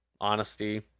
honesty